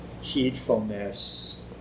heedfulness